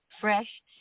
fresh